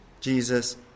Jesus